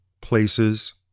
places